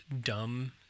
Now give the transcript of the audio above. dumb